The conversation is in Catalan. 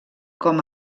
com